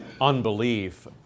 unbelief